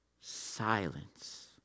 Silence